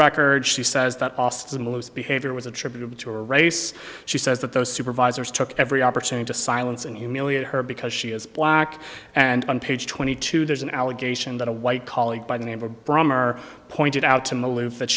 record she says that behavior was attributable to a race she says that those supervisors took every opportunity to silence and humiliate her because she is black and on page twenty two there's an allegation that a white colleague by the neighbor brummer pointed out to maloof that